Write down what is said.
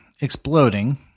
exploding